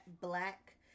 black